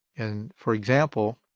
and for example,